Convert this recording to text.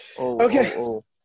Okay